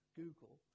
Google